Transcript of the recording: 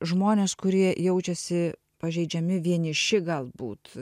žmonės kurie jaučiasi pažeidžiami vieniši galbūt